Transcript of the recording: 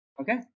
Okay